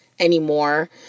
anymore